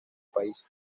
país